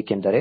ಏಕೆಂದರೆ